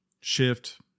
shift